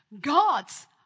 God's